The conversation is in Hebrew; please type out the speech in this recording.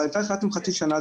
אבל אתם החלטתם על חצי שנה.